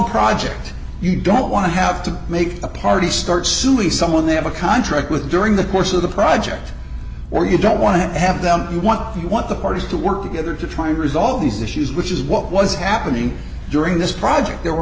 project you don't want to have to make a party start suing someone they have a contract with during the course of the project or you don't want to have them you want you want the parties to work together to try and resolve these issues which is what was happening during this project there w